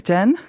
Jen